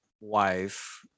wife